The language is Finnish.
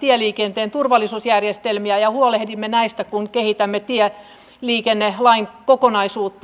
tieliikenteen turvallisuusjärjestelmiä ja huolehdimme näistä kun kehitämme tieliikennelain kokonaisuutta